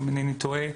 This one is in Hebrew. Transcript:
אם אינני טועה,